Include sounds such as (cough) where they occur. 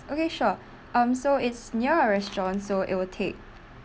okay sure (breath) um so it's near a restaurant so it will take